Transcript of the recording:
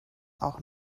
auch